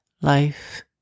life